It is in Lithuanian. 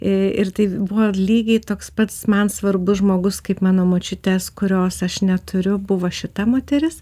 ir tai buvo lygiai toks pats man svarbus žmogus kaip mano močiutės kurios aš neturiu buvo šita moteris